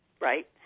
right